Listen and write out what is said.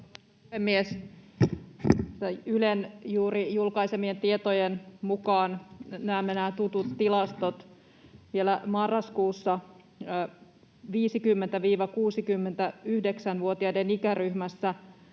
Ylen juuri julkaisemien tietojen mukaan näemme nämä tutut tilastot: vielä marraskuussa 50–69-vuotiaiden ikäryhmässä